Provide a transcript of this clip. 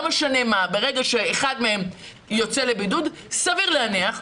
לא משנה מה סביר להניח,